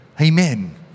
Amen